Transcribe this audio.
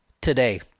today